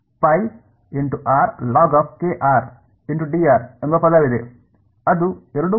ಆದ್ದರಿಂದ 0 ರಿಂದ ε ಮತ್ತು ನಂತರ ನನಗೆ ಎಂಬ ಪದವಿದೆ ಅದು ಎರಡು ಪದಗಳು ಸರಿ